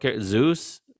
Zeus